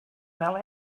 fel